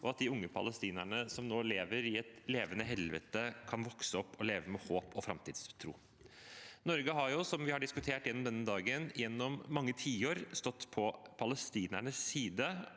og at de unge palestinerne som nå lever i et levende helvete, kan vokse opp og leve med håp og framtidstro. Norge har, som vi har diskutert gjennom denne dagen, gjennom mange tiår stått på palestinernes side